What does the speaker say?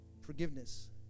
Forgiveness